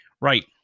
Right